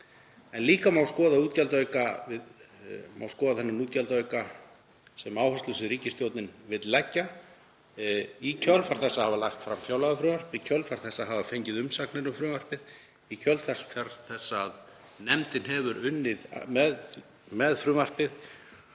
út. Líka má skoða þennan útgjaldaauka sem áherslur sem ríkisstjórnin vill leggja í kjölfar þess að hafa lagt fram fjárlagafrumvarp, í kjölfar þess að hafa fengið umsagnir um frumvarpið, í kjölfar þess að nefndin hefur unnið með frumvarpið